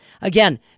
Again